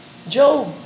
Job